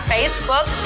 Facebook